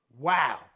Wow